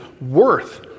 worth